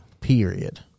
Period